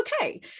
okay